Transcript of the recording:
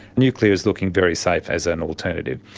nuclear is looking very safe as an alternative.